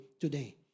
today